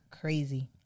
crazy